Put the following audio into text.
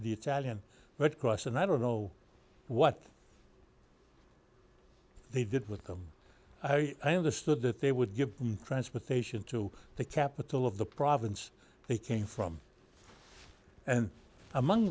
the italian red cross and i don't know what they did with them i understood that they would give transportation to the capital of the province they came from and among